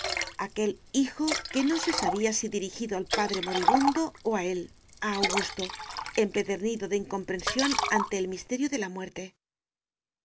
aquel hijo que no se sabía si dirigido al padre moribundo o a él a augusto empedernido de incomprensión ante el misterio de la muerte